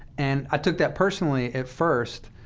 and i took that personally at first.